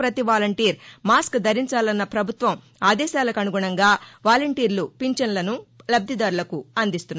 పతి volunteer mask ధరించాలన్న పభుత్వం ఆదేశాలకనుగుణంగా వాలంటీర్లు ఫించన్లను లబ్దిదారులకు అందిస్తున్నారు